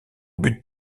but